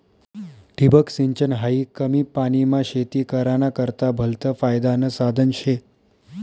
ठिबक सिंचन हायी कमी पानीमा शेती कराना करता भलतं फायदानं साधन शे